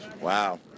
Wow